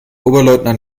oberleutnant